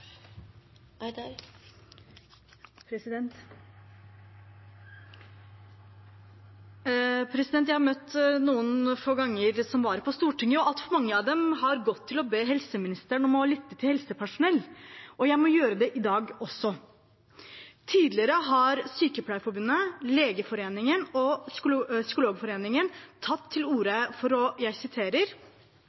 at et stort flertall her er veldig tydelig på at betalingsevne ikke er noe man skal etterspørre når det gjelder den typen helsehjelp. Jeg hør møtt noen få ganger som vara på Stortinget, og altfor mange av dem har gått til å be helseministeren om å lytte til helsepersonell, og jeg må gjøre det i dag også. Tidligere har Sykepleierforbundet, Legeforeningen og Psykologforeningen